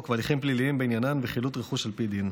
והליכים פליליים בעניינן וחילוט רכוש על פי דין.